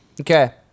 Okay